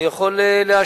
אני יכול להאשים